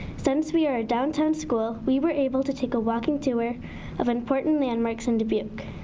since we are a downtown school we were able to take a walking tour of important landmarks in dubuque.